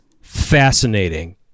fascinating